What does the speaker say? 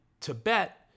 Tibet